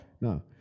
No